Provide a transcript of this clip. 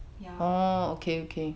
ya lor